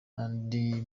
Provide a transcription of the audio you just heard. n’andi